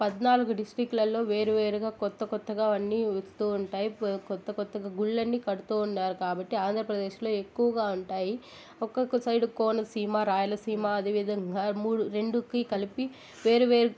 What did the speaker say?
పద్నాలుగు డిస్టిక్లలో వేరువేరుగా కొత్త కొత్తగా అవన్ని వస్తూ ఉంటాయి కొత్త కొత్తగా గుళ్లన్నీ కడుతూ ఉన్నారు కాబట్టి ఆంధ్రప్రదేశ్లో ఎక్కువుగా ఉంటాయి ఒక్కొక్క సైడు కోనసీమ రాయల సీమ అదేవిధంగా మూడు రెండుకి కలిపి వేరు వేరు